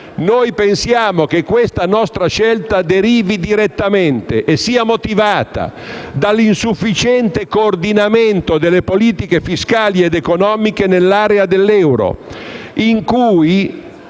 Noi pensiamo che la nostra scelta derivi direttamente e sia motivata dall'insufficiente coordinamento delle politiche fiscali ed economiche nell'area dell'euro, in cui